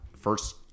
first